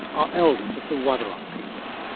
are elders of the wathaurong people.